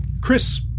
chris